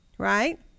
Right